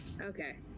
Okay